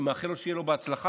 ואני מאחלת לו הצלחה,